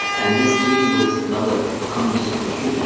and this clearly was not a communist country.